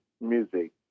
music